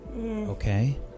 Okay